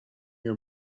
your